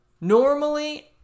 Normally